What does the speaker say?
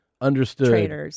understood